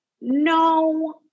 no